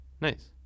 Nice